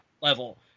level